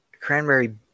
Cranberry